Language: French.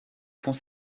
pont